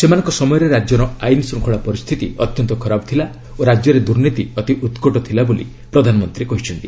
ସେମାନଙ୍କ ସମୟରେ ରାଜ୍ୟର ଆଇନଶ୍ଚଙ୍ଖଳା ପରିସ୍ଥିତି ଅତ୍ୟନ୍ତ ଖରାପ ଥିଲା ଓ ରାଜ୍ୟରେ ଦୁର୍ନୀତି ଅତି ଉତ୍କଟ ଥିଲା ବୋଲି ପ୍ରଧାନମନ୍ତ୍ରୀ କହିଛନ୍ତି